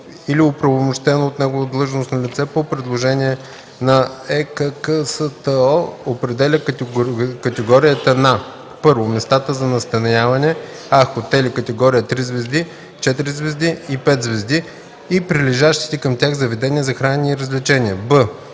или оправомощено от него длъжностно лице по предложение на ЕККСТО определя категорията на: 1. местата за настаняване: а) хотели – категория „три звезди”, „четири звезди” и „пет звезди”, и прилежащите към тях заведения за хранене и развлечения;